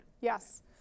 Yes